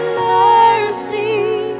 mercy